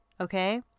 Okay